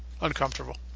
uncomfortable